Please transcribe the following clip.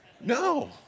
No